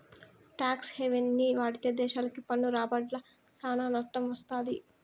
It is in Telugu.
టాక్స్ హెవెన్ని వాడితే దేశాలకి పన్ను రాబడ్ల సానా నట్టం వత్తది